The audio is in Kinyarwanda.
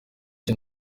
cye